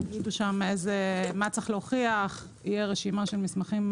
יגידו שם מה צריך להוכיח ותהיה רשימה של מסמכים,